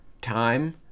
time